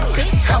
bitch